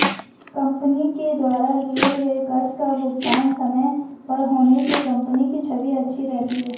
company के द्वारा लिए गए कर्ज का भुगतान समय पर होने से कंपनी की छवि अच्छी रहती है